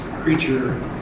creature